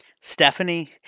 Stephanie